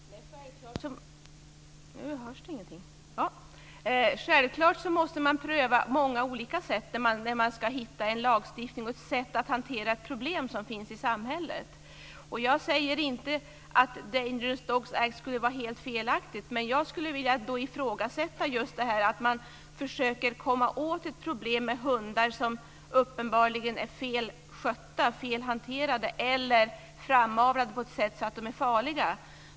Fru talman! Självklart måste man pröva många olika sätt när man ska hitta en lagstiftning och ett sätt att hantera ett problem som finns i samhället. Jag säger inte att Dangerous Dogs Act skulle vara helt felaktig. Men jag skulle vilja ifrågasätta att man på det sättet försöker komma åt ett problem med hundar som uppenbarligen är fel skötta, fel hanterade eller framavlade på ett sådant sätt att de är farliga.